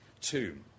tomb